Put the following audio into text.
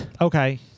Okay